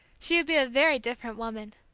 she would be a very different woman.